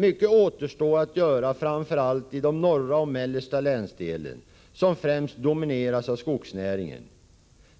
Mycket återstår dock att göra, framför allt i den norra och mellersta länsdelen, som främst domineras av skogsnäringen.